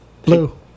Blue